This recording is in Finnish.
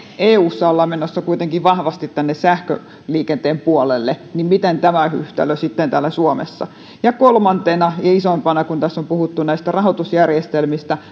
ja kun eussa ollaan menossa kuitenkin vahvasti tänne sähköliikenteen puolelle niin miten tämä yhtälö sitten toimii täällä suomessa ja kolmantena ja isoimpana tässä on puhuttu näistä rahoitusjärjestelmistä